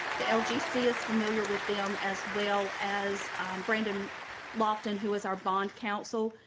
the lgc is familiar with them as well as brandon lofton who was our bond counsel.